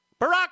Barack